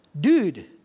dude